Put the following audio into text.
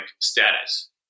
status